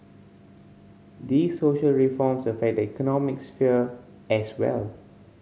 these social reforms affect the economic sphere as well